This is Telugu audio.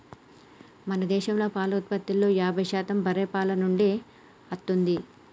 మన దేశంలో పాల ఉత్పత్తిలో యాభై శాతం బర్రే పాల నుండే అత్తుంది